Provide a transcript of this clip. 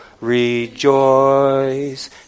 Rejoice